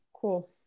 cool